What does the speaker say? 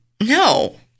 no